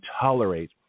tolerate